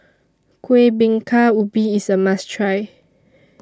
Kuih Bingka Ubi IS A must Try